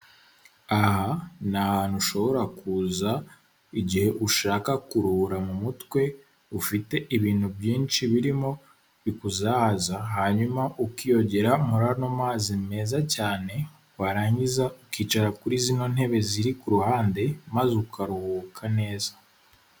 Aha ni ahantu ushobora kuza, igihe ushaka kuruhura mu mutwe, ufite ibintu byinshi birimo bikuzahaza, hanyuma ukiyongera muri ano mazi meza cyane, warangiza ukicara kuri zino ntebe ziri ku ruhande maze ukaruhuka neza.